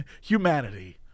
Humanity